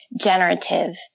generative